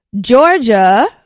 Georgia